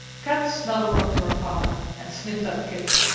kat snuggled up to her father and sniffed at kit.